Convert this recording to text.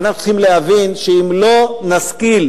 ואנחנו צריכים להבין שאם לא נשכיל